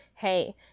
Hey